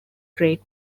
great